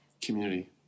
community